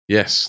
Yes